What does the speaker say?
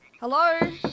Hello